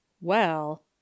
Well